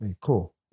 Cool